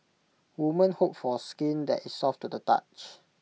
women hope for skin that is soft to the touch